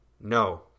No